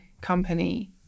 company